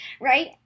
right